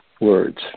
words